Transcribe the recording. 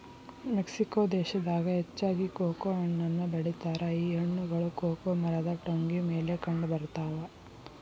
Mexico ದೇಶದಾಗ ಹೆಚ್ಚಾಗಿ cocoa ಹಣ್ಣನ್ನು ಬೆಳಿತಾರ ಈ ಹಣ್ಣುಗಳು ಕೊಕೊ ಮರದ ಟೊಂಗಿ ಮೇಲೆ ಕಂಡಬರ್ತಾವ